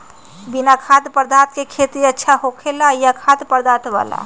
बिना खाद्य पदार्थ के खेती अच्छा होखेला या खाद्य पदार्थ वाला?